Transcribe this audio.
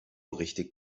richtig